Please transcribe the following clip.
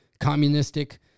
communistic